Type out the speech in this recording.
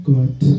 God